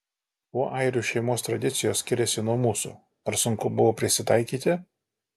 kuo airių šeimos tradicijos skiriasi nuo mūsų ar sunku buvo prisitaikyti